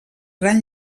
gran